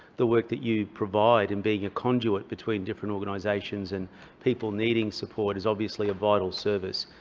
the work that you provide in being a conduit between different organisations and people needing support is obviously a vital service.